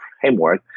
framework